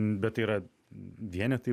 bet yra vienetai